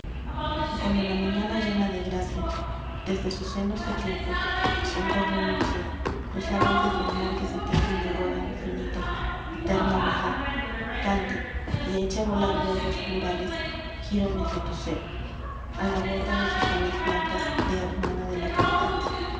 cuando la mañana llena de gracia desde sus senos de tiempo que son dos renuncias dos avances de amor que se tienden y ruegan infinito eterna vida cante y eche a volar verbos plurales girones de tu ser a la borda de sus alas blancas de hermana de caridad